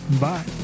Bye